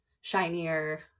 shinier